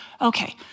Okay